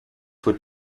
would